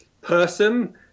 person